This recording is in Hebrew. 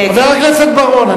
נגד חבר הכנסת בר-און,